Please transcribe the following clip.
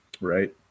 Right